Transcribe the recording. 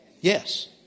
Yes